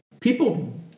people